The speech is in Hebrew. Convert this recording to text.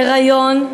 היריון,